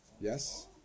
Yes